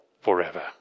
forever